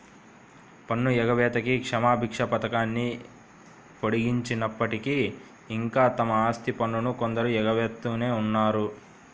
పన్ను ఎగవేతకి క్షమాభిక్ష పథకాన్ని పొడిగించినప్పటికీ, ఇంకా తమ ఆస్తి పన్నును కొందరు ఎగవేస్తూనే ఉన్నారు